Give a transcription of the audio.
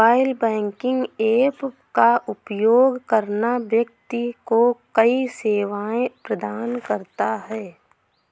mobile banking app का उपयोग करना व्यक्ति को कई सेवाएं प्रदान करता है